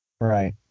right